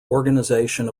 organization